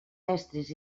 estris